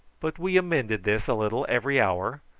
but we amended this a little every hour,